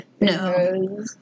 no